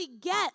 get